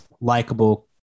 likable